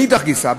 מאידך גיסא,